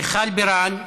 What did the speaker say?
מיכל בירן,